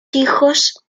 hijos